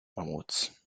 mammuts